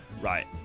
Right